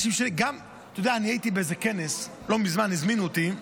אני הייתי באיזה כנס לא מזמן, הזמינו אותי,